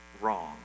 wrong